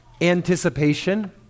anticipation